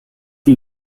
die